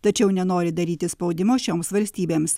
tačiau nenori daryti spaudimo šioms valstybėms